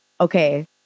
Okay